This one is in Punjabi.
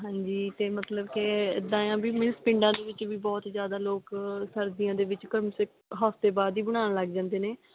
ਹਾਂਜੀ ਅਤੇ ਮਤਲਬ ਕਿ ਇੱਦਾਂ ਹੈ ਵੀ ਮੀਨਸ ਪਿੰਡਾਂ ਦੇ ਵਿੱਚ ਵੀ ਬਹੁਤ ਜ਼ਿਆਦਾ ਲੋਕ ਸਰਦੀਆਂ ਦੇ ਵਿੱਚ ਕਮ ਸੇ ਹਫਤੇ ਬਾਅਦ ਹੀ ਬਣਾਉਣ ਲੱਗ ਜਾਂਦੇ ਨੇ